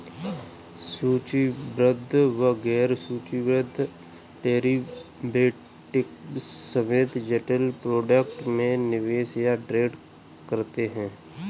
सूचीबद्ध व गैर सूचीबद्ध डेरिवेटिव्स समेत जटिल प्रोडक्ट में निवेश या ट्रेड करते हैं